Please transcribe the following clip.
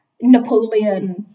Napoleon